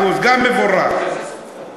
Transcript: תודה לחבר הכנסת מוחמד ברכה.